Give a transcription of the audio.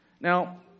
Now